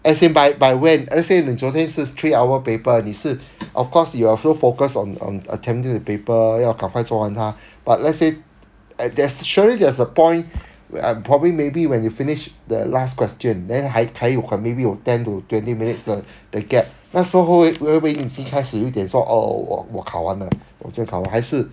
as in by by when let's say 你昨天是 three hour paper 你是 of course you are so focus on on attempted the paper 要赶快做完它 but let's say at there's surely there's a point where probably maybe when you finish the last question then 还还有 maybe 有 ten to twenty minutes 的的 gap 那时候会不会立即开始有点说 oh 我我考完了我真的考完了还是